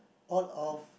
all of